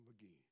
again